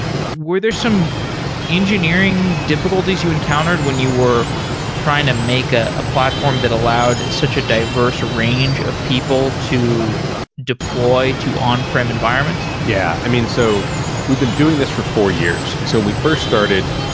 were there some engineering difficulties you encountered when you were trying to make ah a platform that allowed such a diverse range of people to deploy to on-prem environments yeah. so we've been doing this for four years. and so when we first started,